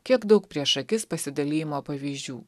kiek daug prieš akis pasidalijimo pavyzdžių